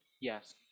Yes